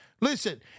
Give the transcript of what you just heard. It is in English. Listen